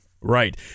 Right